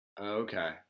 Okay